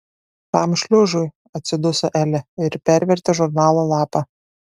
tam šliužui atsiduso elė ir pervertė žurnalo lapą